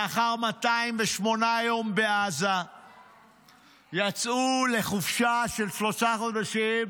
לאחר 208 יום בעזה יצאו לחופשה של שלושה חודשים,